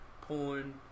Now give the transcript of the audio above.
porn